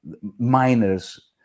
miners